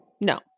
No